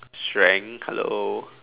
strength hello